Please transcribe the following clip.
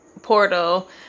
portal